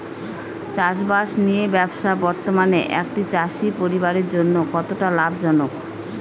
চাষবাষ নিয়ে ব্যবসা বর্তমানে একটি চাষী পরিবারের জন্য কতটা লাভজনক?